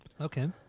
Okay